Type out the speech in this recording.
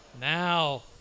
Now